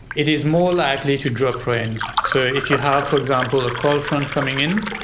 it is more likely to drop rain. so if you have, for example, a cold front coming in,